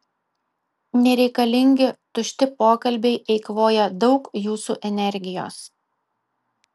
nereikalingi tušti pokalbiai eikvoja daug jūsų energijos